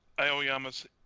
Aoyama's